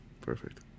perfect